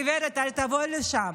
וביקש: גברת, אל תבואי לשם